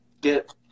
get